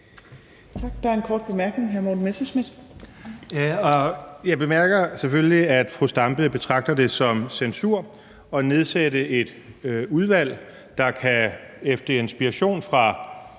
Jeg bemærker selvfølgelig, at fru Zenia Stampe betragter det som censur at nedsætte et udvalg, der med inspiration i